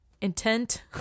intent